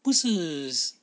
不是